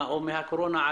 מהקורונה,